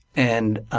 and